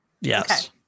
Yes